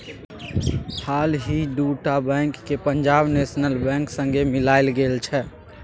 हालहि दु टा बैंक केँ पंजाब नेशनल बैंक संगे मिलाएल गेल छै